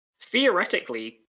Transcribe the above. Theoretically